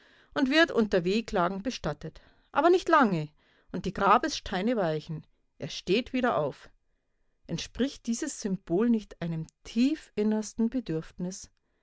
und wird unter wehklagen bestattet aber nicht lange und die grabessteine weichen er steht wieder auf entspricht dieses symbol nicht einem tiefinnersten